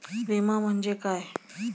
विमा म्हणजे काय?